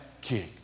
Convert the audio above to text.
kick